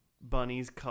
Bunnies